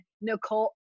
Nicole